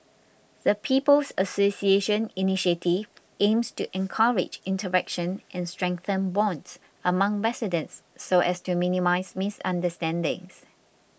the People's Association initiative aims to encourage interaction and strengthen bonds among residents so as to minimise misunderstandings